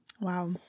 Wow